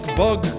bug